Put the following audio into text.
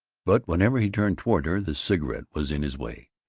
but whenever he turned toward her, the cigarette was in his way.